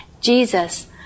Jesus